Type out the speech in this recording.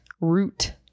root